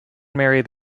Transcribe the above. married